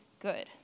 good